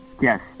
Yes